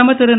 பிரதமர் திரு